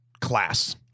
class